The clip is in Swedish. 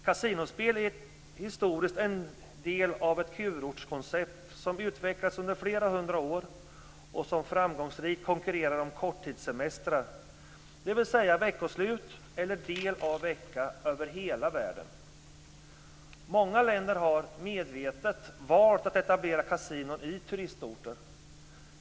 Kasinospel är historiskt en del av ett kurortskoncept som utvecklats under flera hundra år och som framgångsrikt konkurrerar om korttidssemestrar, dvs. Många länder har - medvetet - valt att etablera kasinon i turistorter.